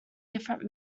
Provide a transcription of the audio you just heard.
different